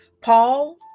Paul